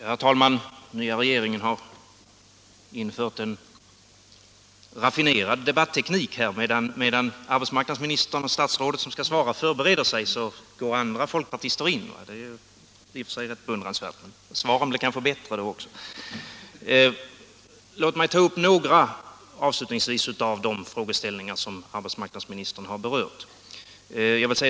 Herr talman! Den nya regeringen har infört en raffinerad debatteknik. Medan arbetsmarknadsministern, statsrådet som skall svara, förbereder sig går andra folkpartister in. Det är i och för sig rätt beundransvärt, och svaren blir kanske bättre då. Låt mig ta upp några av de frågeställningar som arbetsmarknadsministern har berört.